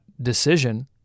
decision